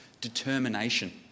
determination